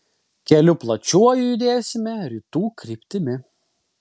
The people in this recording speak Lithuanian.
keliu plačiuoju judėsime rytų kryptimi